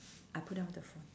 I put down the phone